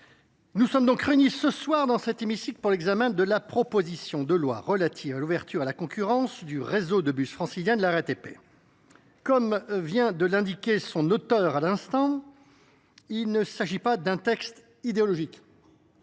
nous sommes réunis ce soir dans cet hémicycle pour l’examen de la proposition de loi relative à l’ouverture à la concurrence du réseau de bus francilien de la RATP. Comme vient de l’indiquer son auteur à l’instant, il ne s’agit pas d’un texte idéologique